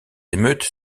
émeutes